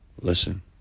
Listen